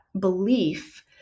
belief